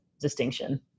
Distinction